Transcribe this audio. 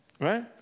Right